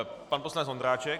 Pan poslanec Ondráček.